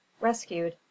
Rescued